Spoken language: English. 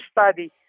study